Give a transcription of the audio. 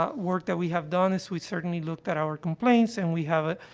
ah work that we have done is, we certainly looked at our complaints, and we have, ah,